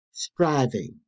Striving